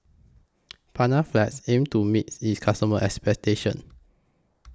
Panaflex aims to meet its customers' expectations